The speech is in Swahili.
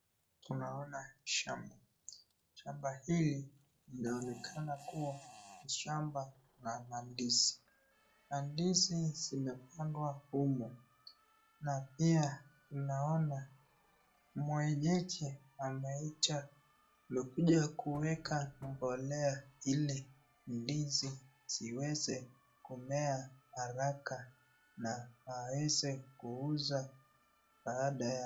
Tunaona shamba, shamba hili inaonekana kuwa ni shamba ya mandizi, mandizi zimepandwa humo na pia ninaona mwenyeji amekuja kuweka mbolea hili ndizi ziweze kumea haraka na aweze kuuza baadae.